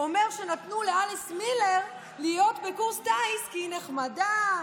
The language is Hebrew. אומר שנתנו לאליס מילר להיות בקורס טיס כי היא נחמדה,